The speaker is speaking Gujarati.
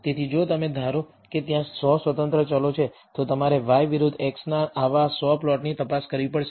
તેથી જો તમે ધારો કે ત્યાં 100 સ્વતંત્ર ચલો છે તો તમારે y વિરુદ્ધ x ના આવા 100 પ્લોટની તપાસ કરવી પડશે